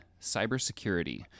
cybersecurity